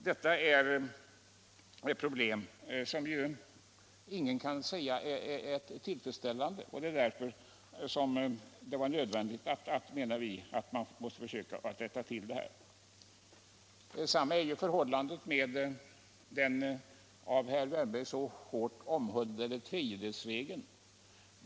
Detta är förhållanden som ingen kan hävda är tillfredsställande. Det är nödvändigt, menar vi, att rätta till detta. Detsamma är fallet med den av herr Wärnberg så omhuldade tredjedelsregeln.